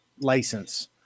license